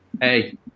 hey